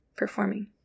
performing